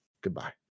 Goodbye